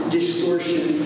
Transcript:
distortion